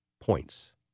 points